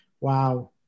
Wow